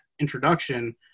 introduction